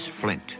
flint